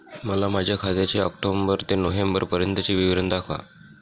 मला माझ्या खात्याचे ऑक्टोबर ते नोव्हेंबर पर्यंतचे विवरण दाखवा